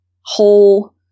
whole